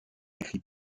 écrit